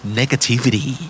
negativity